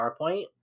PowerPoint